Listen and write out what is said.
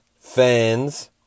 fans